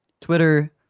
Twitter